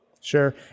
sure